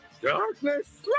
Darkness